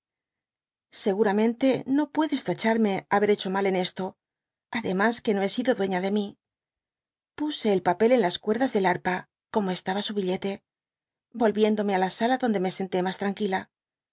seguramente no puedes tacharme haber hecho mal en esto ademas que no hé sido dueña de mí puse el papel en las cuerdas del harpa como estaba su billete vow viéndome á la sala donde me senté mas tranquila